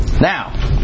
Now